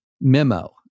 memo